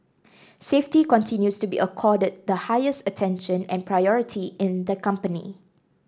safety continues to be accorded the highest attention and priority in the company